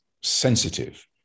sensitive